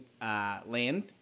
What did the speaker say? Land